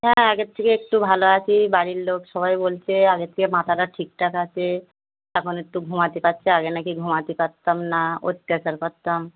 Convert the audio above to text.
হ্যাঁ আগের থেকে একটু ভালো আছি বাড়ির লোক সবাই বলছে আগের থেকে মাথাটা ঠিকঠাক আছে এখন একটু ঘুমাতে পারছি আগে না কি ঘুমাতে পারতাম না অত্যাচার করতাম